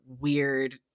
weird